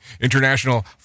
International